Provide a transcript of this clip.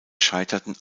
scheiterten